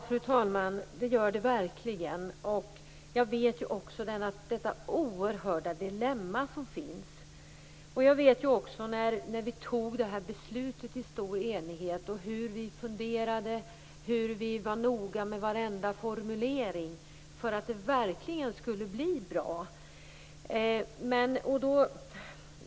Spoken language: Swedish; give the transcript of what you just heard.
Fru talman! Ja, det gör det verkligen. Jag känner också till det oerhörda dilemma som finns. Jag vet hur vi funderade när vi fattade det här beslutet i stor enighet. Vi var noga med varenda formulering för att det verkligen skulle bli bra.